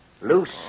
Loose